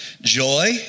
joy